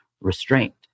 restraint